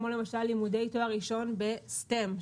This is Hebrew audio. כמו למשל לימודי תואר ראשון ב-STEM,